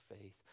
faith